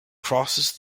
crosses